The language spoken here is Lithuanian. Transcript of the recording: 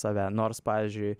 save nors pavyzdžiui